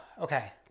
Okay